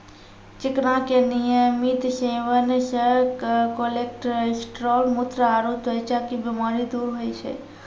चिकना के नियमित सेवन से कोलेस्ट्रॉल, मुत्र आरो त्वचा के बीमारी दूर होय छै